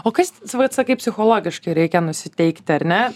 o kas vat sakai psichologiškai reikia nusiteikti ar ne